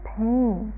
pain